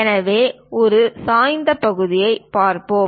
எனவே ஒரு சாய்ந்த பகுதியைப் பார்ப்போம்